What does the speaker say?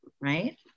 right